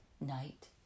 night